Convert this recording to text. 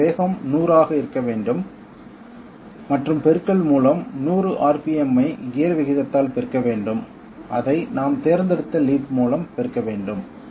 தற்போதைய வேகம் 100 ஆக இருக்க வேண்டும் மற்றும் பெருக்கல் மூலம் 100 RPM ஐ கியர் விகிதத்தால் பெருக்க வேண்டும் அதை நாம் தேர்ந்தெடுத்த லீட் மூலம் பெருக்க வேண்டும்